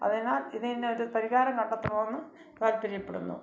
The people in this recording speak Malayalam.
അതിനാൽ ഇതിന്നൊരു പരിഹാരം കണ്ടെത്തണമെന്ന് താല്പര്യപ്പെടുന്നു